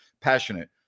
passionate